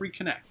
reconnect